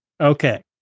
Okay